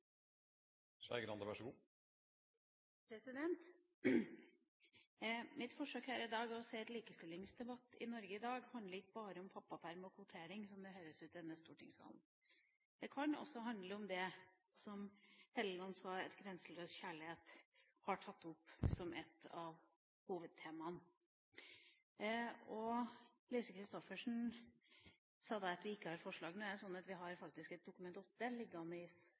å si at likestillingsdebatten i Norge i dag handler ikke bare om pappaperm og kvotering, slik det kan høres ut i stortingssalen. Den kan også handle om det som representanten Helleland sa at Grenseløs kjærlighet har tatt opp som et av hovedtemaene. Representanten Lise Christoffersen sa at vi ikke har forslag, men vi har faktisk et Dokument 8-forslag liggende i